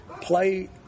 play